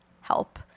help